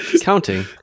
Counting